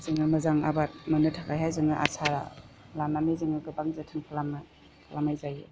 जोङो मोजां आबाद मोननो थाखायहाय जोङो आसा लानानै जोङो गोबां जोथोन खालामनाय जायो